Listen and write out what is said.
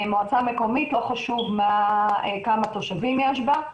מועצה מקומית לא חשוב כמה תושבים יש בה,